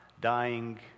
dying